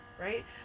Right